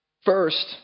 First